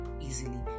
easily